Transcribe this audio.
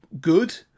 good